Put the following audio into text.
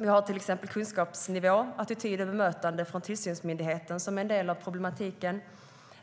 Vi har till exempel kunskapsnivå, attityder och bemötande från tillsynsmyndigheten som en del av problematiken.